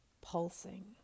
pulsing